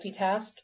multitask